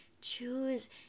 choose